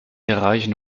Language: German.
erreichen